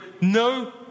no